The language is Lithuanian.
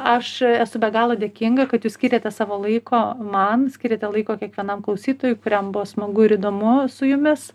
aš esu be galo dėkinga kad jūs skyrėte savo laiko man skyrėte laiko kiekvienam klausytojui kuriam buvo smagu ir įdomu su jumis